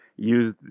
use